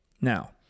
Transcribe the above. Now